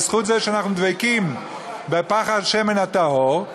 בזכות זה שאנחנו דבקים בפך השמן הטהור.